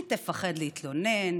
היא תפחד להתלונן,